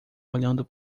olhando